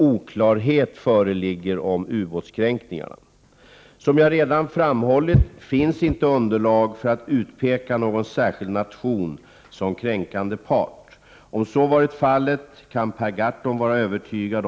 Har försvarsministern uppgifter som gör det möjligt att utpeka visst land som ansvarigt för gränskränkningar?